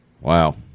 Wow